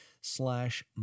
slash